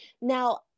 Now